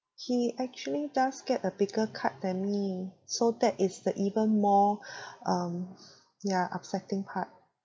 he actually does get a bigger cut than me so that is the even more um yeah upsetting part